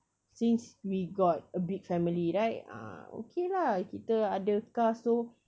since we got a big family right ah okay lah kita ada car so